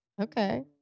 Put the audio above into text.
Okay